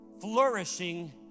flourishing